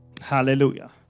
Hallelujah